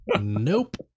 Nope